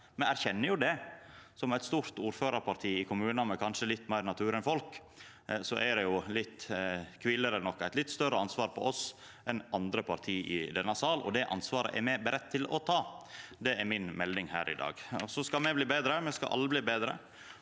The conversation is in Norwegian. me erkjenner det, som eit stort ordførarparti i kommunar med kanskje litt meir natur enn folk. Det kviler nok eit litt større ansvar på oss enn på andre parti i denne salen, og det ansvaret er me budde til å ta. Det er mi melding her i dag. Me skal bli betre – me skal alle bli betre